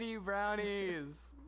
brownies